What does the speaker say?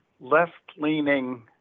left-leaning